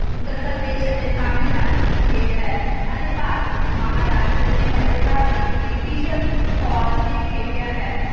ਉੱਤਰ ਪ੍ਰਦੇਸ਼ ਅਤੇ ਤਾਮਿਲਨਾਡੂ ਦੀ ਖੇਡ ਹੈ ਅਤੇ ਭਾਰਤ ਵਿੱਚ ਮਹਾਰਾਸ਼ਟਰ ਇਹ ਮਜ਼ੇਦਾਰ ਲਈ ਬ੍ਰਿਟਿਸ਼ ਫੌਜ ਕੇ ਖੇਡਿਆ ਹੈ